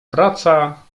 praca